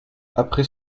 après